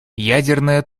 ядерное